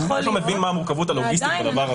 אני לא מבין מה המורכבות הלוגיסטית בדבר הזה.